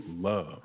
love